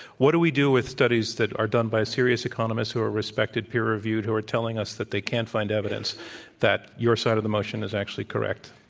what do we do with studies that are done by serious economistswho are respected, peer reviewed, who are telling us that they can't find evidence that your side of the motion is actually correct?